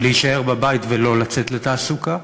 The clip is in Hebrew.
להישאר בבית ולא לצאת לתעסוקה,